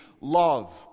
love